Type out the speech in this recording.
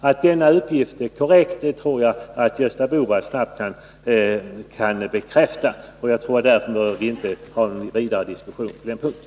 Att denna uppgift är korrekt kan Gösta Bohman bekräfta, och jag anser därför inte att vi behöver föra någon vidare diskussion på den punkten.